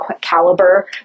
caliber